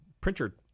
printer